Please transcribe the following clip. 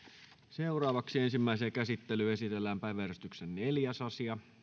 seuraavaksi ensimmäiseen käsittelyyn esitellään päiväjärjestyksen neljäs asia